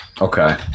Okay